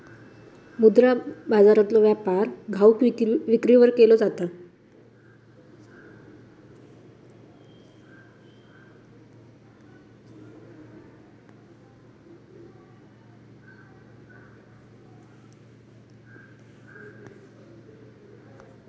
मुद्रा बाजारातलो व्यापार घाऊक विक्रीवर केलो जाता